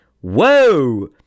Whoa